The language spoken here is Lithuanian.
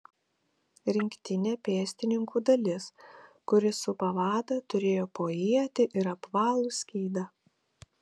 rinktinė pėstininkų dalis kuri supa vadą turėjo po ietį ir apvalų skydą